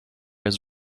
his